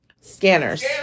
Scanners